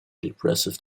depressive